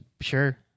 Sure